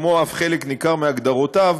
כמו חלק ניכר מהגדרותיו,